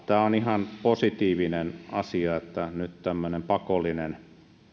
tämä on ihan positiivinen asia että nyt tämmöinen pakollinen